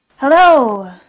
Hello